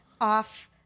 off-